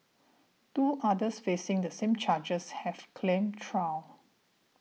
two others facing the same charges have claimed trial